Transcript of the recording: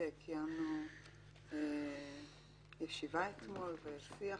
קיימנו ישיבה אתמול ושיח.